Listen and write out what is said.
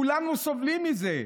כולנו סובלים מזה.